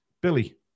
Billy